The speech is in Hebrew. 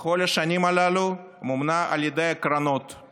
בכל השנים הללו היא מומנה על ידי קרנות,